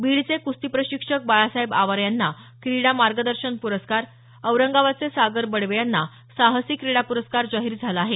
बीडचे कुस्ती प्रशिक्षक बाळासाहेब आवारे यांना क्रीडा मार्गदर्शन पुरस्कार औरंगाबादचे सागर बडवे यांना साहसी क्रीडा पुरस्कार जाहीर झाला आहे